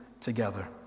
together